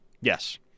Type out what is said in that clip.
Yes